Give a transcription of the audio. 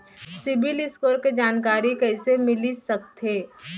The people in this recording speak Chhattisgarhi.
सिबील स्कोर के जानकारी कइसे मिलिस सकथे?